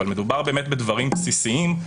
אבל מדובר בדברים בסיסיים,